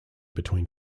between